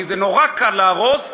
כי זה נורא קל להרוס,